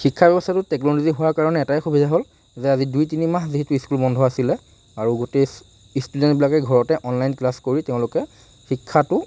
শিক্ষা ব্যৱস্থাটো টেকনলজী হোৱাৰ কাৰণে এটাই সুবিধা হ'ল যে আজি দুই তিনিমাহ যিহতু স্কুল বন্ধ আছিলে আৰু গোটেই ষ্টুডেণ্টবিলাকে ঘৰতে অনলাইন ক্লাছ কৰি তেওঁলোকে শিক্ষাটো